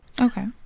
Okay